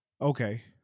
Okay